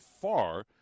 far